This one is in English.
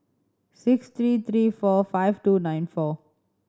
six three three four five two nine four